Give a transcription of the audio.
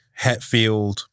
hetfield